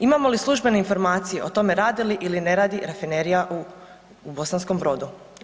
Imamo li službene informacije o tome radi li ili ne radi rafinerija u Bosanskom Brodu.